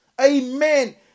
Amen